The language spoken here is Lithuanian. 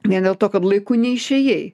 vien dėl to kad laiku neišėjai